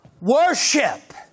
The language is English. Worship